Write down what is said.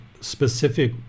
specific